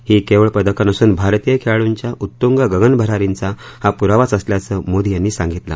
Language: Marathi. ही केवळ पदकं नसून भारतीय खेळाडूंच्या उत्तुंग गगनभरारींचा हा पुरावाच असल्याचं मोदी यांनी सांगितलं